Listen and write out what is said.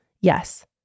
Yes